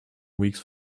weeks